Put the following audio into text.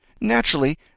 Naturally